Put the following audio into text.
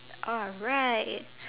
alright